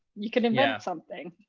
you could invent something.